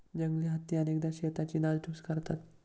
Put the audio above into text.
जंगली हत्ती अनेकदा शेतांची नासधूस करतात